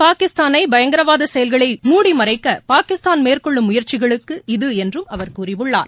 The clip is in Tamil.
பாகிஸ்தானைபயங்கரவாதசெயல்களை மூடிமறைக்கபாகிஸ்தான் மேற்கொள்ளும் முயற்சி இது என்றும் அவர் கூறினார்